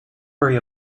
worry